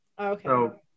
Okay